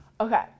Okay